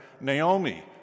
Naomi